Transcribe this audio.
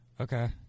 okay